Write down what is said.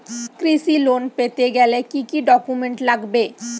কৃষি লোন পেতে গেলে কি কি ডকুমেন্ট লাগবে?